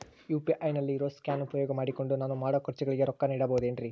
UPI ನಲ್ಲಿ ಇರೋ scan ಉಪಯೋಗ ಮಾಡಿಕೊಂಡು ನಾನು ಮಾಡೋ ಖರ್ಚುಗಳಿಗೆ ರೊಕ್ಕ ನೇಡಬಹುದೇನ್ರಿ?